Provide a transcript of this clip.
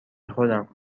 خودم